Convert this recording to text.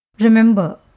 Remember